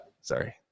sorry